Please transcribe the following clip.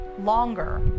Longer